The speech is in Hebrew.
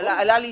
ועלה לישראל,